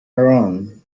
round